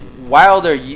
Wilder